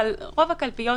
אבל רוב הקלפיות